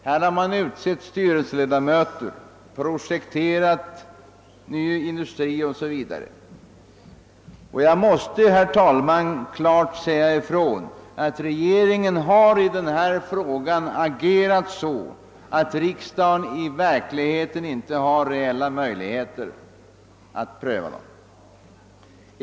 Man har utsett styrelseledamöter och projekterat en industri, men jag måste klart säga ifrån att regeringen i dessa frågor har agerat på ett sätt som gör att riksdagen inte har några reella möjligheter att pröva dem.